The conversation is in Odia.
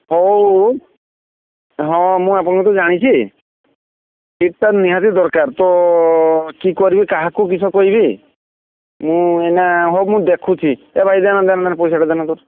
ହଉ ହଁ ମୁଁ ଆପଣଙ୍କୁ ତ ଜାଣିଚି ସିଟ୍ଟା ନିହାତି ଦରକାର ତ କି କରିବି କାହାକୁ କିସ କହିବି ମୁଁ ଏଇନା ହେଉ ମୁଁ ଦେଖୁଛି ଏ ଭାଇ ଦେନ ଦେନ ହେନ ଭାଇ ପଇସାଟା ଦେନ ତୋର